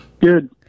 Good